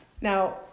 Now